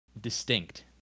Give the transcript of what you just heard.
distinct